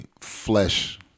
flesh